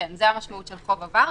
כן, זה המשמעות של חוב עבר.